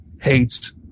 hates